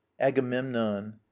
agamemnon